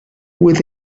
with